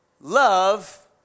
Love